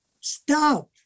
stop